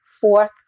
Fourth